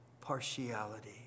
partiality